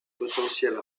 potentielle